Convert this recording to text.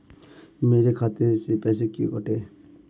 मेरे खाते से पैसे क्यों कटे?